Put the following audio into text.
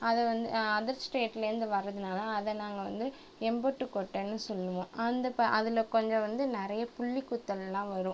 அதைவந்து அதர் ஸ்டேட்டில் இருந்து வர்றதுனால அதை நாங்கள் வந்து எம்போட்டு கொட்டணு சொல்லுவோம் அந்த ப அதில் கொஞ்சம் வந்து நிறைய புள்ளி குத்தல்லாம் வரும்